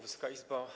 Wysoka Izbo!